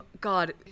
God